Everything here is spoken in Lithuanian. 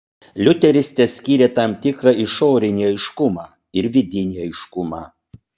liuteris teskyrė tam tikrą išorinį aiškumą ir vidinį aiškumą